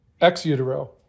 ex-utero